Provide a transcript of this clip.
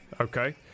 okay